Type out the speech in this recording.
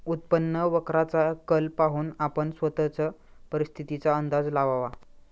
उत्पन्न वक्राचा कल पाहून आपण स्वतःच परिस्थितीचा अंदाज लावावा